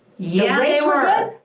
yeah they were good.